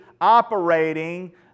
operating